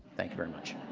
thank you very much.